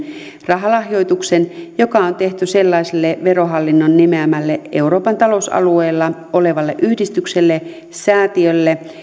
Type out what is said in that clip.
rahalahjoituksen joka on tehty sellaiselle verohallinnon nimeämälle euroopan talousalueella olevalle yhdistykselle säätiölle